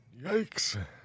Yikes